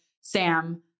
sam